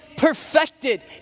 perfected